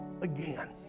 again